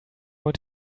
want